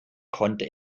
konnte